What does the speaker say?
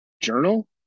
Journal